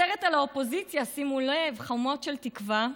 סרט על האופוזיציה, שימו לב: חומות של תקווה,